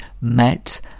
met